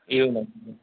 इउएनआव